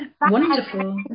Wonderful